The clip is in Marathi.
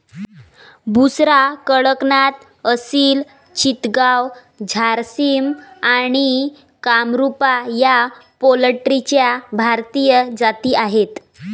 बुसरा, कडकनाथ, असिल चितगाव, झारसिम आणि कामरूपा या पोल्ट्रीच्या भारतीय जाती आहेत